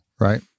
right